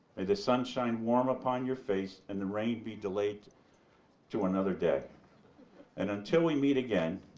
and the sunshine warm upon your face, and the rain be delayed to another day and until we meet again,